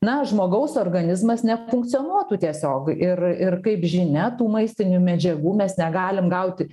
na žmogaus organizmas nefunkcionuotų tiesiog ir ir kaip žinia tų maistinių medžiagų mes negalim gauti